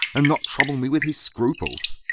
and not trouble me with his scruples.